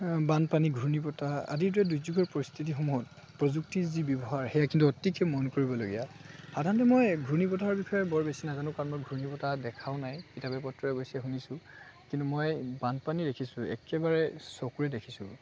বানপানী ঘূৰ্ণী বতাহ আদিৰ দৰে দুৰ্যোগৰ পৰিস্থিতিসমূহত প্ৰযুক্তি যি ব্যৱহাৰ সেয়া কিন্তু অতিকৈ মন কৰিবলগীয়া সাধাৰণতে মই ঘূৰ্ণী বতাহৰ বিষয়ে বৰ বেছি নাজানো কাৰণ মই ঘূৰ্ণী বতাহ দেখাও নাই কিতাপে পত্ৰই অৱশ্যে শুনিছোঁ কিন্তু মই বানপানী দেখিছোঁ একেবাৰে চকুৰে দেখিছোঁ